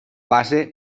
base